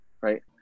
right